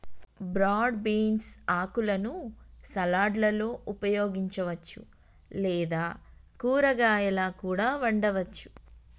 broad beans ఆకులను సలాడ్లలో ఉపయోగించవచ్చు లేదా కూరగాయాలా కూడా వండవచ్చు